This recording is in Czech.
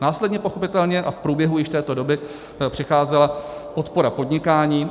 Následně pochopitelně a v průběhu již této doby přicházela podpora podnikání.